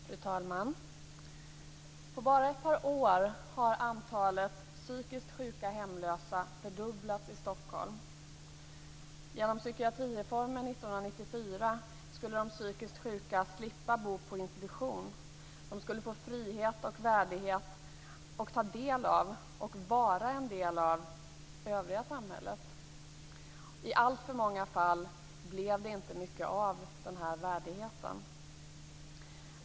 Fru talman! På bara ett par år har antalet psykiskt sjuka hemlösa fördubblats i Stockholm. Genom psykiatrireformen 1994 skulle de psykiskt sjuka slippa bo på institution. De skulle få frihet och värdighet och ta del av och vara en del av det övriga samhället. I alltför många fall blev det inte mycket av värdigheten.